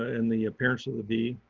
and the appearance of the bee.